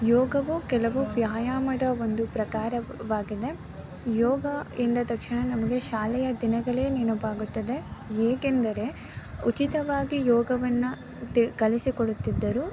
ಯೋಗವು ಕೆಲವು ವ್ಯಾಯಾಮದ ಒಂದು ಪ್ರಕಾರ ವಾಗಿದೆ ಯೋಗ ಎಂದ ತಕ್ಷಣ ನಮಗೆ ಶಾಲೆಯ ದಿನಗಳೇ ನೆನಪಾಗುತ್ತದೆ ಏಕೆಂದರೆ ಉಚಿತವಾಗಿ ಯೋಗವನ್ನು ಕಲಿಸಿಕೊಡುತ್ತಿದ್ದರು